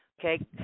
Okay